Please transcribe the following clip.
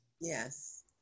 yes